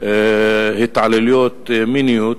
התעללויות מיניות,